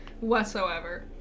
whatsoever